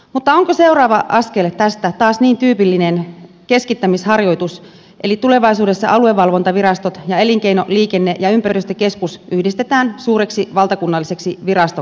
mutta onko seuraava askel tästä taas niin tyypillinen keskittämisharjoitus eli tulevaisuudessa aluevalvontavirastot ja elinkeino liikenne ja ympäristökeskus yhdistetään suureksi valtakunnalliseksi virastoksi